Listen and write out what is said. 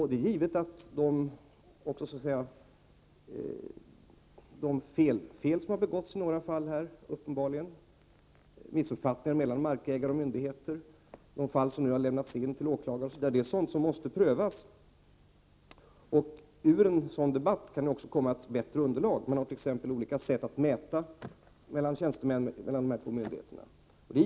Det är givet att de fel som uppenbarligen har gjorts i några fall — det gäller t.ex. missuppfattningar i diskussionerna mellan markägare och myndigheter och de fall där anmälan gjorts till åklagare — måste bli föremål för prövning. Men en sådan här debatt kan också utmynna i ett bättre underlag. De två myndigheterna mäter t.ex. på olika sätt.